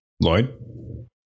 Lloyd